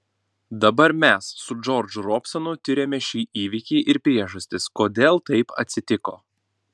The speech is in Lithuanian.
dabar mes su džordžu robsonu tiriame šį įvykį ir priežastis kodėl taip atsitiko